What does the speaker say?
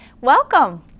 Welcome